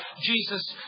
Jesus